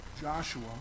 Joshua